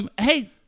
Hey